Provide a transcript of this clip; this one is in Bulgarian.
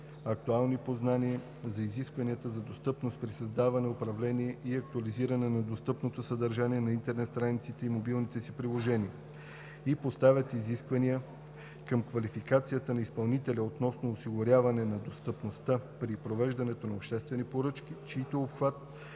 актуални познания за изискванията за достъпност при създаване, управление и актуализиране на достъпното съдържание на интернет страниците и мобилните си приложения, и поставят изисквания към квалификацията на изпълнителя относно осигуряване на достъпността при провеждането на обществени поръчки, чийто обхват